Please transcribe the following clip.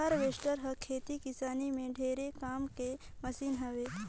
harvester हर खेती किसानी में ढेरे काम के मसीन हवे